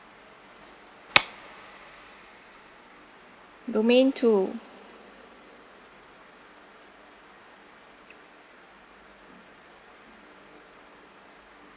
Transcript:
domain two